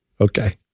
Okay